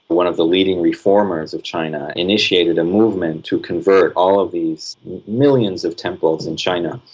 one of the leading reformers of china, initiated a movement to convert all of these millions of temples in china,